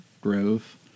grove